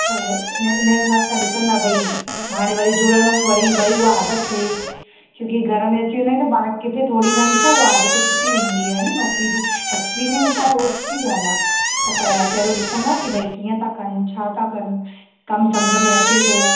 त हिन हिन हिसाब सां ॾिसंदा भई हाणे वरी जुड़ण वरी उहा आदति थिए छो की घर में अची वेंदा आहियूं त पाण खे थोरी छा उहा आदति छुटी वेंदी आहे न नौकिरी जी एक्सपीरिएंस आहे उहो सुठी ॻाल्हि आहे त पर पहिरियों ॾिसंदा की भई कीअं था कनि छा था कनि कमु समुझ में अचे थो